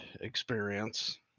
experience